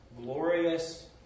glorious